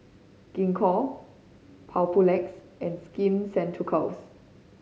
Gingko Papulex and Skin Ceuticals